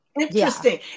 interesting